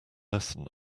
lesson